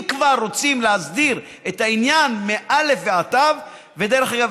אם כבר רוצים להסדיר את העניין מא' ועד ת' ודרך אגב,